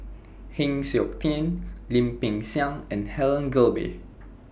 Heng Siok Tian Lim Peng Siang and Helen Gilbey